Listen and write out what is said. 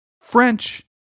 French